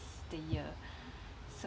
the year so